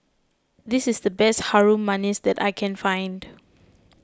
this is the best Harum Manis that I can find